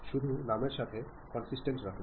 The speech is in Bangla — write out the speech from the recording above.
শুধু নামের সাথে কন্সিসটেন্ট রাখুন